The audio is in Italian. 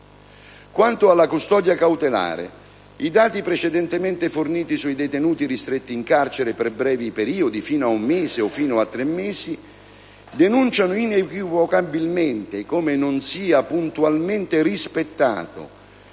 Quanto alla custodia cautelare, i dati precedentemente forniti sui detenuti ristretti in carcere per brevi periodi (fino a un mese o tre mesi) denunciano inequivocabilmente come non sia puntualmente rispettato